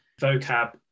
vocab